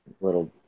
little